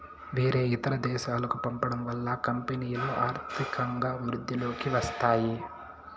వేరే ఇతర దేశాలకు పంపడం వల్ల కంపెనీలో ఆర్థికంగా వృద్ధిలోకి వస్తాయి